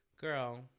Girl